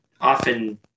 often